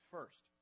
First